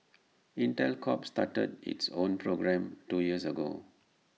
Intel Corp started its own program two years ago